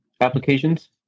applications